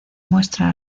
muestra